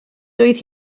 doedd